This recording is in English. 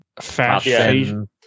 fashion